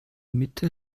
mitte